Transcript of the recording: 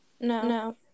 No